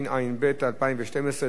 התשע"ב 2012,